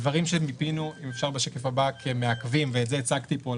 הדברים שמיפינו כמעכבים בשקף הבא ואת זה הצגתי פה,